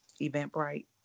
Eventbrite